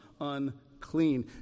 unclean